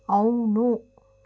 అవును